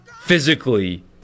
physically